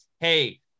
hey